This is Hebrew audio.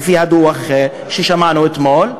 לפי הדוח ששמענו עליו אתמול,